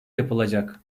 yapılacak